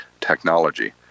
technology